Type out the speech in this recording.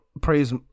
praise